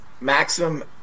maximum